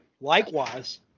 Likewise